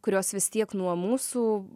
kurios vis tiek nuo mūsų